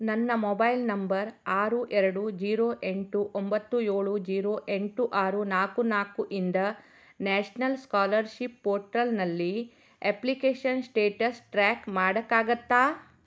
ನನ್ನ mobile number ಆರು ಎರಡು ಜೀರೋ ಎಂಟು ಒಂಬತ್ತು ಏಳು ಜೀರೋ ಎಂಟು ಆರು ನಾಲ್ಕು ನಾಲ್ಕು ಇಂದ ನ್ಯಾಷನಲ್ ಸ್ಕಾಲರ್ಷಿಪ್ ಪೋರ್ಟಲ್ನಲ್ಲಿ ಅಪ್ಲಿಕೇಷನ್ ಸ್ಟೇಟಸ್ ಟ್ರ್ಯಾಕ್ ಮಾಡೋಕ್ಕಾಗತ್ತಾ